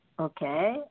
Okay